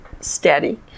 steady